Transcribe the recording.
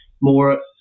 more